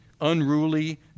unruly